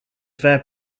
fair